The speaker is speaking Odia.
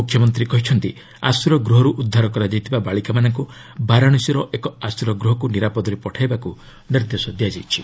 ମୁଖ୍ୟମନ୍ତ୍ରୀ କହିଛନ୍ତି ଆଶ୍ରୟ ଗୃହରୁ ଉଦ୍ଧାର କରାଯାଇଥିବା ବାଳିକାମାନଙ୍କୁ ବାରାଣାସୀର ଏକ ଆଶ୍ରୟ ଗୃହକୁ ନିରାପଦରେ ପଠାଇବାକୁ ନିର୍ଦ୍ଦେଶ ଦିଆଯାଇଛି